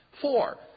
Four